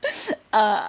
uh